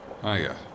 Hiya